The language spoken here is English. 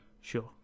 Sure